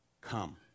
come